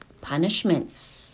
punishments